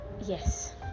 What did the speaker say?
yes